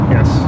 Yes